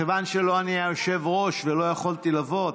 מכיוון שלא אני היושב-ראש ולא יכולתי לבוא,